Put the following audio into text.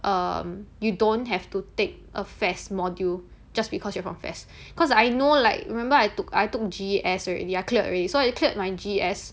um you don't have to take a F_A_S_S module just because you're from F_A_S_S cause I know like remember I took I took G_E_S already I cleared already so I cleared my G_E_S